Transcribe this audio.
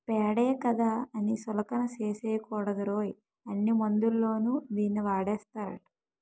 పేడే కదా అని సులకన సూడకూడదురోయ్, అన్ని మందుల్లోని దీన్నీ వాడేస్తారట